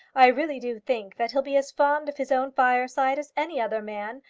i really do think that he'll be as fond of his own fireside as any other man,